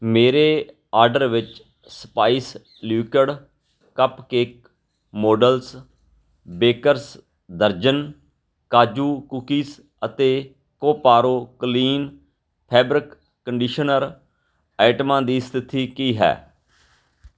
ਮੇਰੇ ਆਰਡਰ ਵਿੱਚ spice leaked cupcake models bakers ਦਰਜਨ ਕਾਜੂ ਕੂਕੀਜ਼ ਅਤੇ ਕੋਪਾਰੋ ਕਲੀਨ ਫੈਬਰਿਕ ਕੰਡੀਸ਼ਨਰ ਆਈਟਮਾਂ ਦੀ ਸਥਿਤੀ ਕੀ ਹੈ